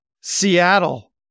Seattle